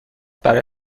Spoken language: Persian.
برای